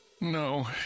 No